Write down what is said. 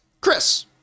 Chris